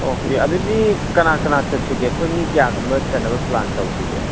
okay ꯑꯗꯨꯗꯤ ꯀꯅꯥ ꯀꯅꯥ ꯆꯠꯁꯤꯒꯦ ꯑꯩꯈꯣꯏ ꯃꯤ ꯀꯌꯥꯒꯨꯝꯕ ꯆꯠꯅꯕ ꯄ꯭ꯂꯥꯟ ꯇꯧꯁꯤꯒꯦ